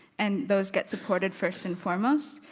and those get supported first and foremost?